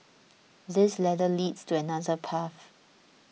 this ladder leads to another path